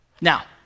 Now